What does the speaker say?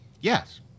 Yes